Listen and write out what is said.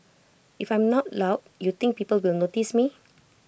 if I am not loud you think people will notice me